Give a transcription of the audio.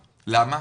למה?